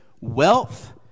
wealth